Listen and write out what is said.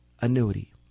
annuity